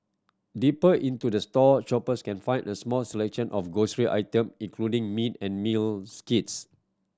deeper into the store shoppers can find a small selection of grocery item including meat and meals kits